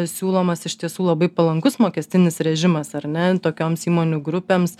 siūlomas iš tiesų labai palankus mokestinis režimas ar ne tokioms įmonių grupėms